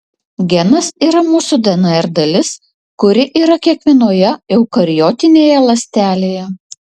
genas yra mūsų dnr dalis kuri yra kiekvienoje eukariotinėje ląstelėje